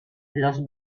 los